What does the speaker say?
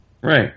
Right